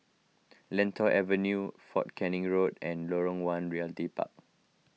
Lentor Avenue fort Canning Road and Lorong one Realty Park